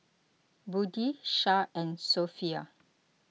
Budi Shah and Sofea